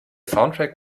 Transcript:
soundtrack